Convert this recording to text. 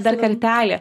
dar kartelį